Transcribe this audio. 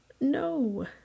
No